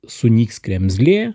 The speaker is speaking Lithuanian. sunyks kremzlė